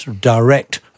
direct